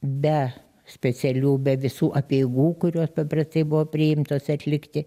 be specialių be visų apeigų kurios paprastai buvo priimtos atlikti